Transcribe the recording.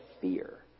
fear